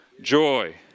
joy